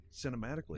cinematically